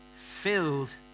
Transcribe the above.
filled